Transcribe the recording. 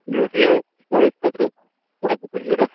مےٚ اوس یہِ بٲیِس خأطرٕ کِتاب اکھ ضروٗرت